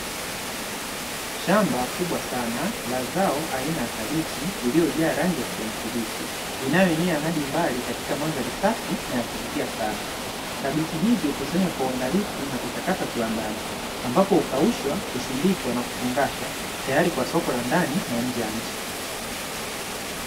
Shamba kubwa sana la zao aina ya kabichi, lililojaa rangi ya kijani kibichi, inayoenea hadi mbali katika mandhari safi na yakuvutia sana. Kabichi hizi hukusanywa kwa uangalifu na kuchakatwa kiwandani, ambapo hukaushwa, kusindikwa na kufungashwa, tayari kwa soko la ndani na nje ya nchi.